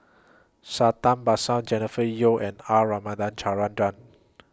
Santha Bhaskar Jennifer Yeo and R Ramachandran